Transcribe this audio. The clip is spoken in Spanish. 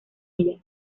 ella